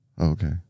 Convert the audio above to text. Okay